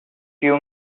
few